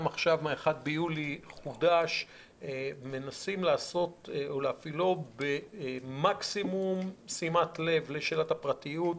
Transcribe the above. עכשיו מ-1 ביולי עובדה שמנסים להפעילו במקסימום שימת לב לשאלת הפרטיות,